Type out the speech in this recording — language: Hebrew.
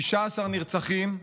16 נרצחים,